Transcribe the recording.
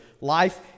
life